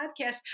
podcast